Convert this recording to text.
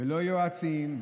ולא יועצים,